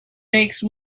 make